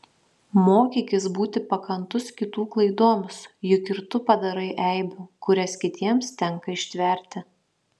mokykis būti pakantus kitų klaidoms juk ir tu padarai eibių kurias kitiems tenka ištverti